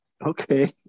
Okay